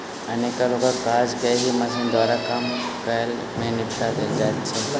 अनेको लोकक काज के एहि मशीन द्वारा कम काल मे निपटा देल जाइत छै